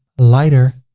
lighter